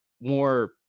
more